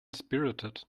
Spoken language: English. spirited